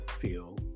feel